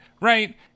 right